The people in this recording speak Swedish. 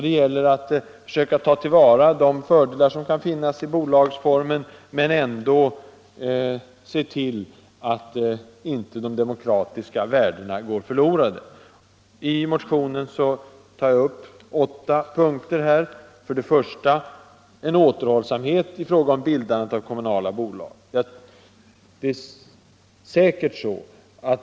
Det gäller att försöka ta till vara de fördelar som kan finnas i bolagsformen men ändå se till att inte de demokratiska värdena går förlorade. I motionen tar jag upp åtta punkter: 1. Återhållsamhet i fråga om bildandet av kommunala bolag.